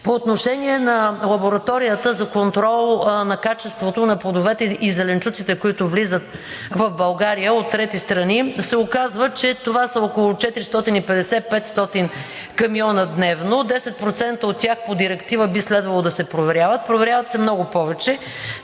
По отношение на лабораторията за контрол на качеството на плодовете и зеленчуците, които влизат в България от трети страни, се оказва, че това са около 450 – 500 камиона дневно. По директива 10% от тях би следвало да се проверяват, но се проверяват много повече,